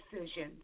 decisions